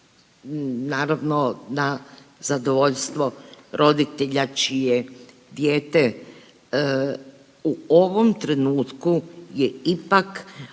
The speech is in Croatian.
Naravno na zadovoljstvo roditelja čije dijete u ovom trenutku je ipak